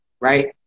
Right